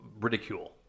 ridicule